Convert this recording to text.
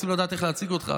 רוצים לדעת איך להציג אותך,